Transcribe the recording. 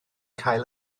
cael